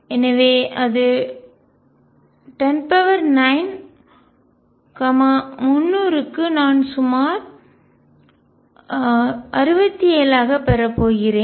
எனவே அது 109 300 க்கு நான் சுமார் 6 7 ஆக பெறப் போகிறேன்